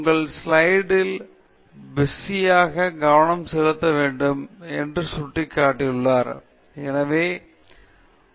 நான் உங்கள் ஸ்லைடில் எப்படி பிஸியாக கவனம் செலுத்த வேண்டும் என்று சுட்டிக்காட்டினார் நீங்கள் மிகவும் சுறுசுறுப்பான ஸ்லைடில் களை வைத்திருந்தால் பார்வையாளர்களைத் தூக்கி எறியுங்கள்